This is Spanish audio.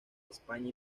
españa